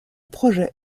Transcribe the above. projet